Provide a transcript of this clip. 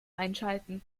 einschalten